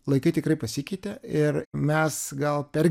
laikai tikrai pasikeitė ir mes gal per